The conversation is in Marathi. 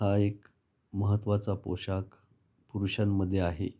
हा एक महत्त्वाचा पोशाख पुरुषांमध्ये आहे